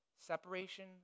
Separation